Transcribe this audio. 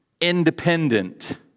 independent